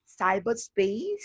cyberspace